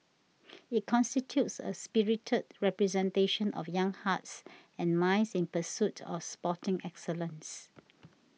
it constitutes a spirited representation of young hearts and minds in pursuit of sporting excellence